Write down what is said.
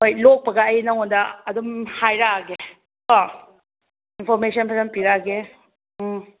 ꯍꯣꯏ ꯂꯣꯛꯄꯒ ꯑꯩ ꯅꯪꯉꯣꯟꯗ ꯑꯗꯨꯝ ꯍꯥꯏꯔꯛꯑꯒꯦ ꯀꯣ ꯏꯟꯐꯣꯔꯃꯦꯁꯟ ꯐꯖꯅ ꯄꯤꯔꯛꯑꯒꯦ ꯎꯝ